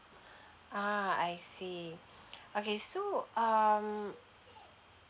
ah I see okay so um